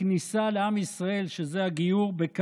הכניסה לעם ישראל, שזה הגיור, בכ'.